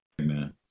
Amen